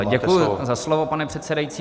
Děkuji za slovo, pane předsedající.